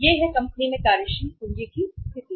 यह है कंपनी में कार्यशील पूंजी की स्थिति